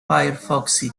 firefox